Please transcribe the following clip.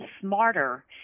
smarter